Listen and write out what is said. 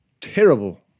terrible